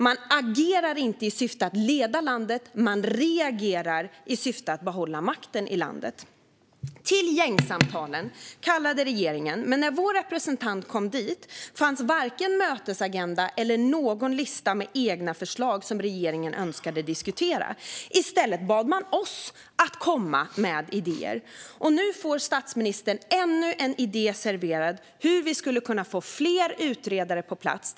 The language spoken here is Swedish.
Man agerar inte i syfte att leda landet, utan man reagerar i syfte att behålla makten i landet. Till gängsamtalen kallade regeringen, men när vår representant kom dit fanns varken mötesagenda eller någon lista med egna förslag som regeringen önskade diskutera. I stället bad man oss att komma med idéer. Nu får statsministern ännu en idé serverad om hur vi skulle kunna få fler utredare på plats.